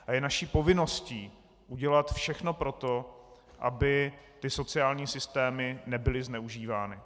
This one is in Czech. A je naší povinností udělat všechno pro to, aby ty sociální systémy nebyly zneužívány.